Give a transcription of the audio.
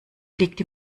liegt